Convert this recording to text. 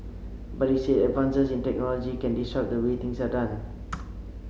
but he said advances in technology can disrupt the way things are done